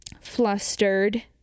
flustered